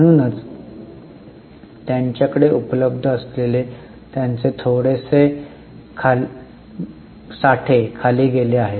म्हणूनच त्यांच्याकडे उपलब्ध असलेले त्यांचे साठे थोडेसे खाली गेले आहेत